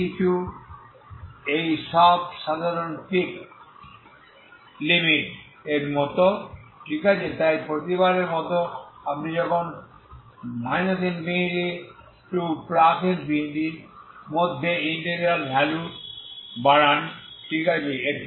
তাই কিছু এই সব সাধারণ পিক লিমিট এর মত ঠিক আছে তাই প্রতিবারের মত আপনি যখন ∞∞ এর মধ্যে ইন্টেগ্রাল ভ্যালু বাড়ান ঠিক আছে